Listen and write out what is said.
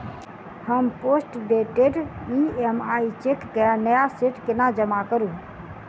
हम postdated EMI cheque केँ नया सेट केना जमा करू?